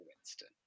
Winston